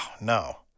no